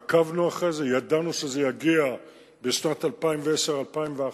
עקבנו אחרי זה, ידענו שזה יגיע בשנת 2010, 2011,